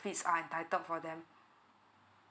are entitled for them